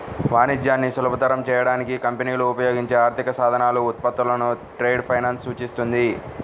వాణిజ్యాన్ని సులభతరం చేయడానికి కంపెనీలు ఉపయోగించే ఆర్థిక సాధనాలు, ఉత్పత్తులను ట్రేడ్ ఫైనాన్స్ సూచిస్తుంది